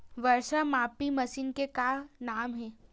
वर्षा मापी मशीन के का नाम हे?